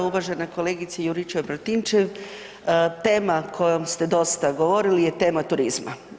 Uvažena kolegice Juričev Martinčev, tema kojom ste dosta govorili je tema turizma.